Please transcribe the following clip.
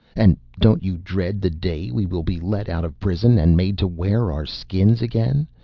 and don't you dread the day we will be let out of prison and made to wear our skins again?